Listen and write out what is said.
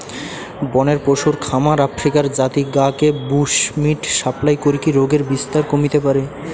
বনের পশুর খামার আফ্রিকার জাতি গা কে বুশ্মিট সাপ্লাই করিকি রোগের বিস্তার কমিতে পারে